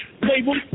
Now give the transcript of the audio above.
label